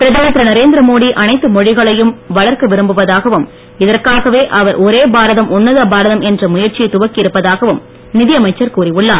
பிரதமர் திரு நரேந்திரமோடி அனைத்து மொழிகளையும் வளர்க்க விரும்புவதாகவும் இதற்காகவே அவர் ஒரே பாரதம் உன்னத பாரதம் என்ற முயற்சியை துவக்கி இருப்பதாகவும் நிதியமைச்சர் கூறி உள்ளார்